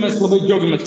mes labai džiaugiamės